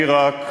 בעיראק,